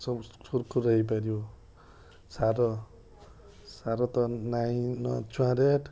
ସବୁ ସୁରୁଖୁରୁରେ ହେଇପାରିବ ସାର ସାର ତ ନାହିଁ ନ ଛୁଆଁ ରେଟ୍